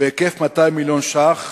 בהיקף של 200 מיליון ש"ח